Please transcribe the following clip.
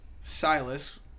Silas